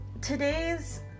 today's